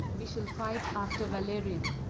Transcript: we shall fight after valerian,